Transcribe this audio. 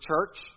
church